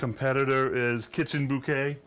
competitor is kitchen bouquet